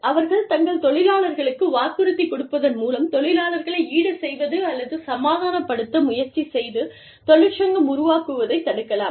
அவர்கள் தங்கள் தொழிலாளர்களுக்கு வாக்குறுதி கொடுப்பதன் மூலம் தொழிலாளர்களை ஈடு செய்வது அல்லது சமாதானப்படுத்த முயற்சி செய்து தொழிற்சங்கம் உருவாக்குவதைத் தடுக்கலாம்